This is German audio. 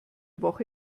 woche